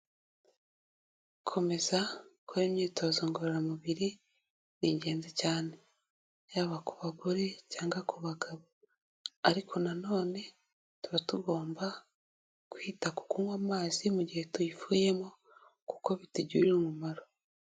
Gukomeza gukora imyitozo ngororamubiri ni ingenzi cyane, yababa ku bagore cyangwa ku bagabo, ariko na none tuba tugomba kwita ku kunywa amazi mu gihe tuyivuyemo, kuko bitugirira umumaro.